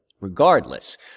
regardless